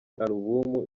alubum